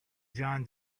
john